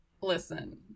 Listen